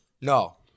No